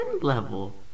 level